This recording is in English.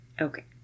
okay